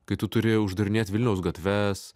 kai tu turi uždarinėt vilniaus gatves